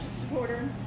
supporter